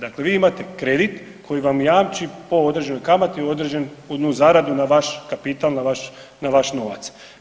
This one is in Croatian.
Dakle, vi imate kredit koji vam jamči po određenoj kamati određenu zaradu na vaš kapital, na vaš novac.